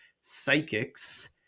psychics